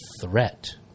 threat